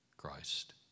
Christ